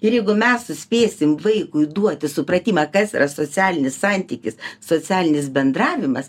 ir jeigu mes suspėsim vaikui duoti supratimą kas yra socialinis santykis socialinis bendravimas